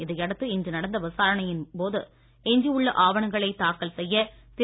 இதையடுத்து இன்று நடந்த விசாரணையின் போது எஞ்சியுள்ள ஆவணங்களை தாக்கல் செய்ய திரு